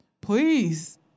Please